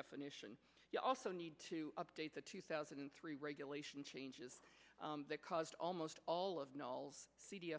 definition you also need to update the two thousand and three regulation changes that caused almost all of